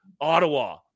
Ottawa